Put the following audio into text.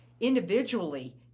individually